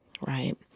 right